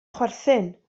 chwerthin